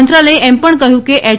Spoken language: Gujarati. મંત્રાલયે એમ પણ કહ્યું છે કે એચ